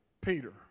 Peter